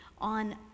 on